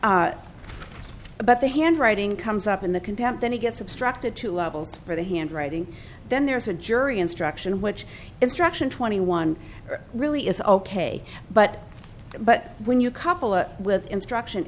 that but the handwriting comes up in the contempt and he gets obstructed two levels for the handwriting then there's a jury instruction which instruction twenty one really is ok but but when you couple it with instruction